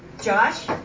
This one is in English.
Josh